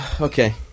okay